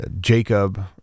Jacob